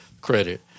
credit